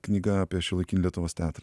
knyga apie šiuolaikinį lietuvos teatrą